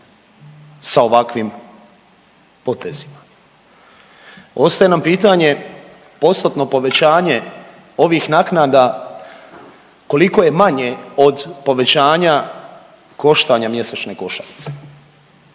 sa ovakvim potezima. Ostaje nam pitanje postotno povećanje ovih naknada koliko je manje od povećanja koštanja mjesečne košarice.